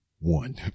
one